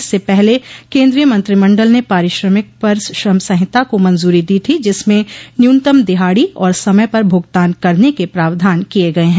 इससे पहले केन्द्रीय मंत्रिमंडल ने पारिश्रमिक पर श्रम संहिता को मंजूरी दी थी जिसमें न्यूनतम दिहाड़ी और समय पर भूगतान करने के प्रावधान किए गये हैं